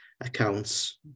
accounts